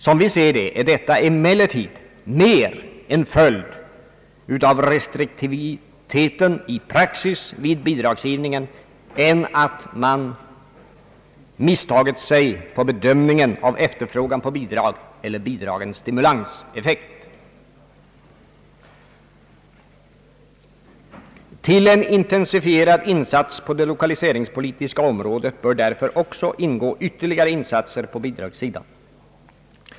Som vi ser det är detta emellertid mer en följd av restriktivitet i praxis vid bidragsgivningen än att man misstagit sig på bedömningen av efterfrågan på bidrag eller bidragens stimulanseffekt. I en intensifierad insats på det lokaliseringspolitiska området bör därför också ingå ytterligare insatser på bidragssidan.